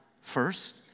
first